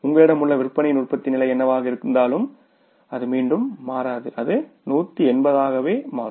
உங்களிடம் உள்ள விற்பனையின் உற்பத்தி நிலை என்னவாக இருந்தாலும் அது மீண்டும் மாறாது அது 180 ஆக மாறும்